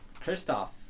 Christoph